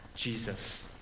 Jesus